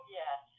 yes